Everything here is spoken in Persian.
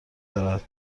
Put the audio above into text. دارد